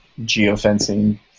geofencing